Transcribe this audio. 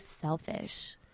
selfish